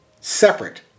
separate